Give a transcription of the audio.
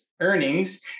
earnings